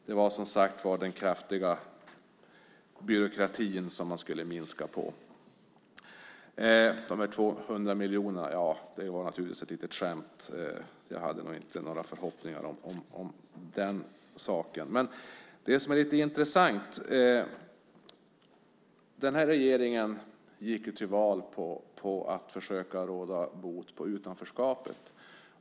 Det var den kraftiga byråkratin som man skulle minska på. De 200 miljonerna var ett litet skämt. Jag hade inte några förhoppningar om den saken. Den här regeringen gick till val på att försöka råda bot på utanförskapet.